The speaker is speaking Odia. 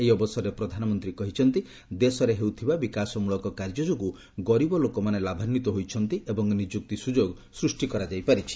ଏହି ଅବସରରେ ପ୍ରଧାନମନ୍ତ୍ରୀ କହିଛନ୍ତି ଦେଶରେ ହେଉଥିବା ବିକାଶମ୍ଭଳକ କାର୍ଯ୍ୟ ଯୋଗୁଁ ଗରିବ ଲୋକମାନେ ଲାଭାନ୍ଧିତ ହୋଇଛନ୍ତି ଏବଂ ନିଯୁକ୍ତି ସୁଯୋଗ ସୃଷ୍ଟି କରାଯାଇ ପାରିଛି